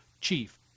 chief